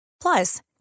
Plus